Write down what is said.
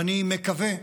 ואני מקווה,